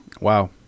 Wow